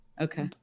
okay